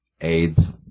AIDS